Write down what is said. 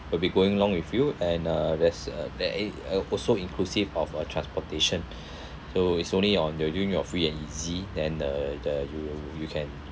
he'll be going along with you and uh there's a there i~ uh also inclusive of a transportation so it's only on your during your free and easy then the the you you can